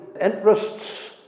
interests